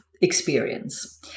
experience